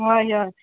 हय हय